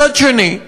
מצד שני,